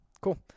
Cool